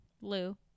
lou